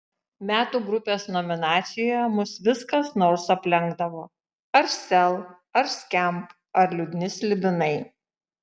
metų grupės nominacijoje mus vis kas nors aplenkdavo ar sel ar skamp ar liūdni slibinai